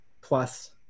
plus